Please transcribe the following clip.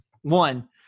One